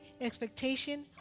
expectation